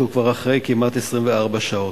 כשהוא כבר אחרי כמעט 24 שעות.